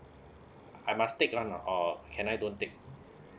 I must take one or can I don't take